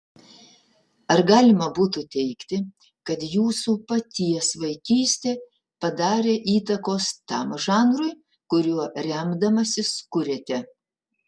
ar galima būtų teigti kad jūsų paties vaikystė padarė įtakos tam žanrui kuriuo remdamasis kuriate